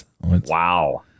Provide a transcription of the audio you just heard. Wow